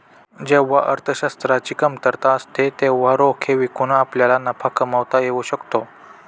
जेव्हा अर्थशास्त्राची कमतरता असते तेव्हा रोखे विकून आपल्याला नफा कमावता येऊ शकतो